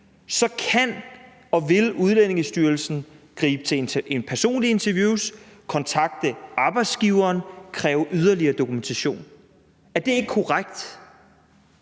kan og vil Udlændingestyrelsen gribe til et personligt interview, kontakte arbejdsgiveren og kræve yderligere dokumentation. Er det ikke korrekt?